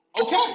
okay